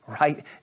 right